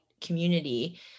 community